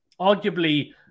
arguably